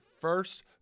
first